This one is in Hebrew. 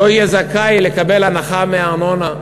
הוא לא יהיה זכאי לקבל הנחה בארנונה,